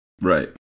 Right